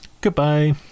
goodbye